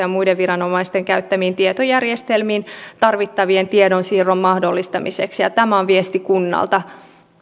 ja muiden viranomaisten käyttämiin tietojärjestelmiin tarvittavien tiedonsiirtojen mahdollistamiseksi ja tämä on viesti kunnalta